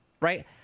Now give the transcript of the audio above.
right